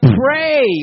pray